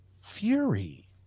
Fury